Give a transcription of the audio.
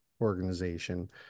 organization